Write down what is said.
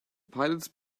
pilots